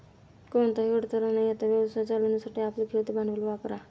कोणताही अडथळा न येता व्यवसाय चालवण्यासाठी आपले खेळते भांडवल वापरा